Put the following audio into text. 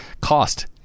cost